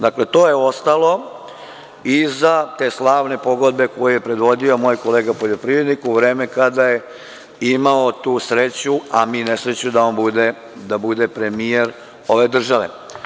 Dakle, to je ostalo iza te slavne pogodbe koju je predvodio moj kolega poljoprivrednik u vreme kada je imao tu sreću, a mi nesreću, da on bude premijer ove države.